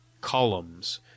columns